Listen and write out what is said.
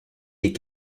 des